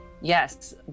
yes